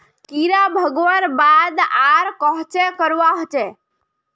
कीड़ा भगवार बाद आर कोहचे करवा होचए?